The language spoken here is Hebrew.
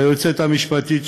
ליועצת המשפטית,